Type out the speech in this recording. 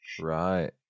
Right